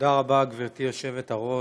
תודה רבה, גברתי היושבת-ראש,